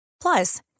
Plus